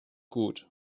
gut